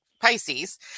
Pisces